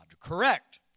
Correct